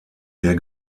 der